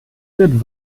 wird